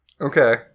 Okay